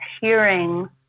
hearing